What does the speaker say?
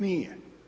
Nije.